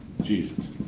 Jesus